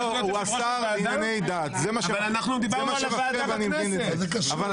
דיברו על ועדה בכנסת.